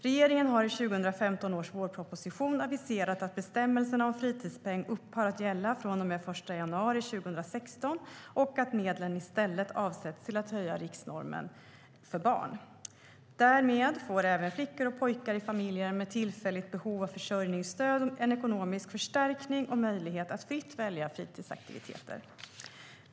Regeringen har i 2015 års vårproposition aviserat att bestämmelserna om fritidspeng upphör att gälla från och med den 1 januari 2016 och att medlen i stället avsätts till att höja riksnormen för barn. Därmed får även flickor och pojkar i familjer med tillfälligt behov av försörjningsstöd en ekonomisk förstärkning och möjlighet att fritt välja fritidsaktiviteter.